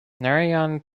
narayan